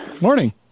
Morning